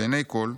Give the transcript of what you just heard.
לעיני כול,